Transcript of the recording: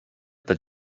that